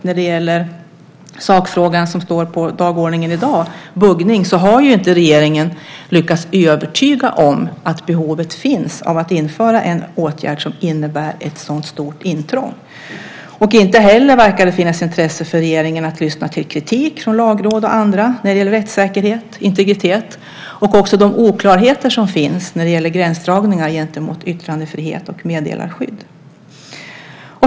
När det gäller sakfrågan som står på dagordningen i dag, buggningen, har ju inte regeringen lyckats övertyga om att behovet finns av att införa en åtgärd som innebär ett sådant stort intrång. Inte heller verkar det finnas intresse för regeringen av att lyssna till kritik från lagråd och andra när det gäller rättssäkerhet, integritet och även de oklarheter som finns när det gäller rättssäkerhet och integritet. Det gäller också de oklarheter som finns vad gäller gränsdragningar gentemot yttrandefrihet och meddelarskydd.